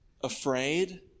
afraid